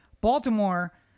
Baltimore